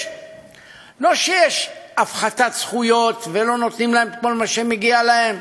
לא שיש הפחתת זכויות ושלא נותנים להם את כל מה שמגיע להם,